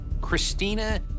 Christina